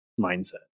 mindset